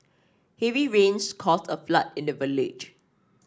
heavy rains caused a flood in the village